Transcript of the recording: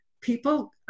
people